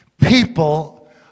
People